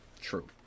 True